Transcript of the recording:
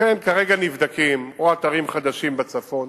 לכן כרגע נבדקים אתרים חדשים בצפון,